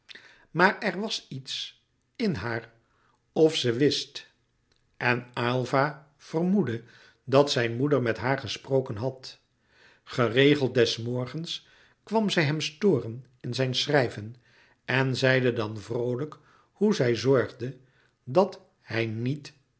maar er was iets in haar of ze wist en aylva vermoedde dat zijn moeder met haar gesproken had geregeld des morgens kwam zij hem storen in zijn schrijven en zeide dan vroolijk hoe zij zorgde dat hij niet